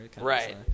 Right